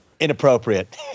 Inappropriate